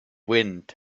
wind